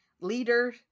leader